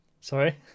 sorry